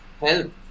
help